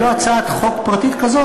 ללא הצעת חוק פרטית כזו,